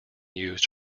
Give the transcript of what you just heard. used